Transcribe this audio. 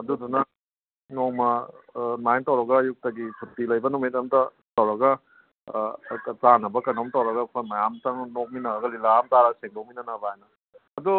ꯑꯗꯨꯗꯨꯅ ꯅꯣꯡꯃ ꯑꯥ ꯑꯗꯨꯃꯥꯏꯅ ꯇꯧꯔꯒ ꯑꯌꯨꯛꯇꯒꯤ ꯁꯨꯇꯤ ꯂꯩꯕ ꯅꯨꯃꯤꯠ ꯑꯃ ꯇꯧꯔꯒ ꯁꯣꯠꯀꯠ ꯆꯥꯅꯕ ꯀꯩꯅꯣꯝ ꯇꯧꯔꯒ ꯑꯈꯣꯏ ꯃꯌꯥꯝ ꯆꯪ ꯅꯣꯛꯃꯤꯟꯅꯔꯒ ꯂꯤꯂꯥ ꯑꯃ ꯇꯥꯔꯒ ꯁꯦꯡꯗꯣꯛꯃꯤꯟꯅꯅꯕ ꯍꯥꯏꯅ ꯑꯗꯣ